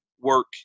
work